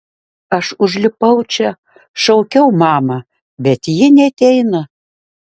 aš užlipau čia šaukiau mamą bet ji neateina